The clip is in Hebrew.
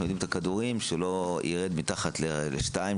יודעים את הכדורים שלא יירד מתחת ל-2,